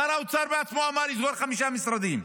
שר האוצר בעצמו אמר: לסגור חמישה משרדים,